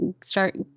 start